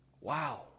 Wow